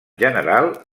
general